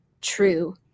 true